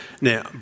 Now